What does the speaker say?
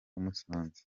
musanze